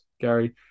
Gary